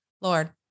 Lord